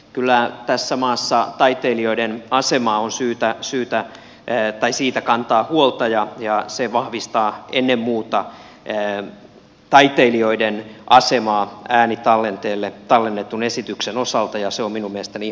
kyllä tässä maassa taiteilijoiden asemasta on syytä kantaa huolta ja se vahvistaa ennen muuta taiteilijoiden asemaa äänitallenteelle tallennetun esityksen osalta ja se on minun mielestäni ihan perusteltua